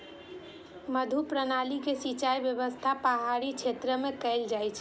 मड्डू प्रणाली के सिंचाइ व्यवस्था पहाड़ी क्षेत्र मे कैल जाइ छै